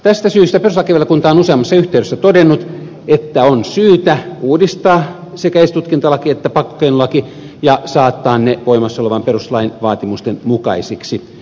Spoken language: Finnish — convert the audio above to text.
tästä syystä perustuslakivaliokunta on useammassa yhteydessä todennut että on syytä uudistaa sekä esitutkintalaki että pakkokeinolaki ja saattaa ne voimassa olevan perustuslain vaatimusten mukaisiksi